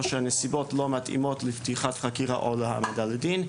או שהנסיבות לא מתאימות לפתיחת חקירה או להעמדה לדין,